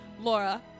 Laura